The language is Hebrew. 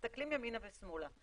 מסתכלים ימינה ושמאלה,